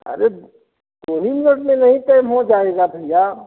अरे दो ही मिनट में नहीं टाइम हो जाएगा भैया